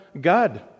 God